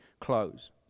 close